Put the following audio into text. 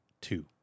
two